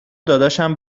داداشم